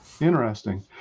Interesting